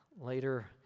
later